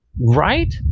Right